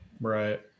Right